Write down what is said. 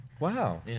Wow